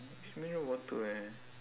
it's mineral water eh